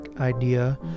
idea